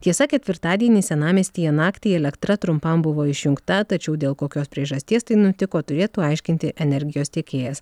tiesa ketvirtadienį senamiestyje naktį elektra trumpam buvo išjungta tačiau dėl kokios priežasties tai nutiko turėtų aiškinti energijos tiekėjas